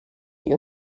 you